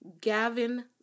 Gavin